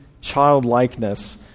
childlikeness